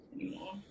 anymore